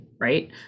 right